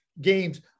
games –